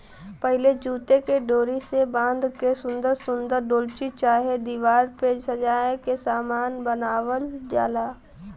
पहिले जूटे के डोरी से बाँध के सुन्दर सुन्दर डोलची चाहे दिवार पे सजाए के सामान बनावल जाला